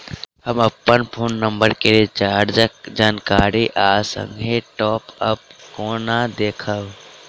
हम अप्पन phone number केँ रिचार्जक जानकारी आ संगहि टॉप अप कोना देखबै?